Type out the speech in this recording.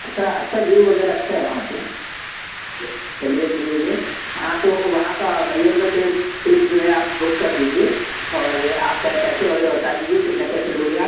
अच्छा अच्छा जू वगैरह अच्छा है वहाँ पर चलिए ठीक है हाँ तो वहाँ का मइहर का ट्रिप ट्रिप जो है आप बुक कर दीजिए और आप पैसे वगैरह बता दीजिए कितने पैसे लोगे आप